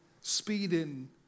speeding